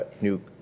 new